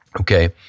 Okay